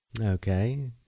Okay